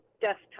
desktop